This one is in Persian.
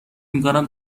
میکنم